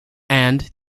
and